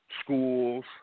schools